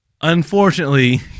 Unfortunately